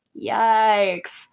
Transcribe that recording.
Yikes